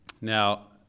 Now